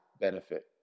benefit